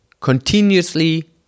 continuously